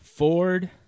Ford